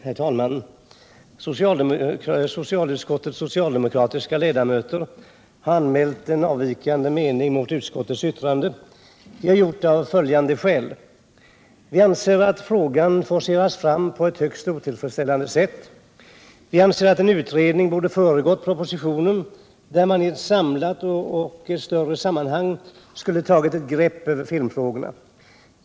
Herr talman! Socialutskottets socialdemokratiska ledamöter har anmält en avvikande mening mot utskottets yttrande. Vi har gjort det av följande skäl. Vi anser att frågan har forcerats fram på ett högst otillfredsställande sätt. Vi anser att en utredning borde ha föregått propositionen, där man i ett större sammanhang skulle ha tagit ett samlat grepp på filmfrågorna.